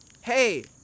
Hey